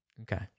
Okay